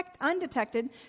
undetected